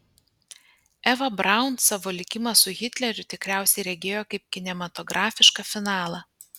eva braun savo likimą su hitleriu tikriausiai regėjo kaip kinematografišką finalą